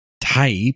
type